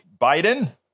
Biden